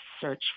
search